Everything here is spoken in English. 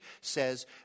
says